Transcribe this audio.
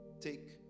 take